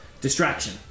Distraction